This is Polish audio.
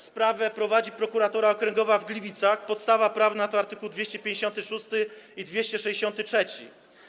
Sprawę prowadzi Prokuratura Okręgowa w Gliwicach, podstawa prawna to art. 256 i 263.